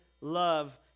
love